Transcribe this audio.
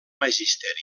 magisteri